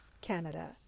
canada